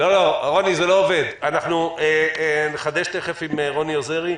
אנחנו נחדש תיכף עם רוני עוזרי.